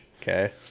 okay